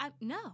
No